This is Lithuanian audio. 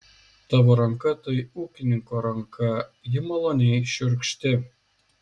tavo ranka tai ūkininko ranka ji maloniai šiurkšti